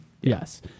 Yes